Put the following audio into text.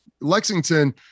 Lexington